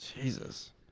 Jesus